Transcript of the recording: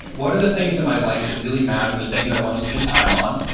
what are the things in my life that really matter, the things i want to spend time on?